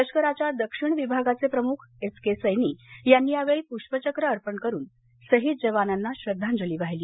लष्कराच्या दक्षिण विभागाचे प्रमुख एस के सैनि यांनी यावेळी पुष्पचक्र अर्पण करून शहीद जवानांना श्रद्वांजली वाहिली